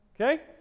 Okay